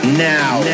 now